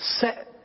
set